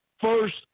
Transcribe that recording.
First